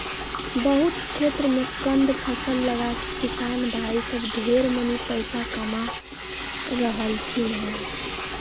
बहुत क्षेत्र मे कंद फसल लगाके किसान भाई सब ढेर मनी पैसा कमा रहलथिन हें